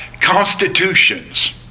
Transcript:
Constitutions